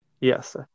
Yes